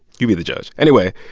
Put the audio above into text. you be the judge. anyway,